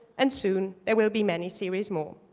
and soon there will be many siris more.